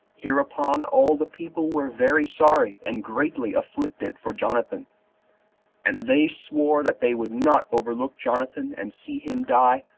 hereupon all the people were very sorry, and greatly afflicted for jonathan and they sware that they would not overlook jonathan, and see him die,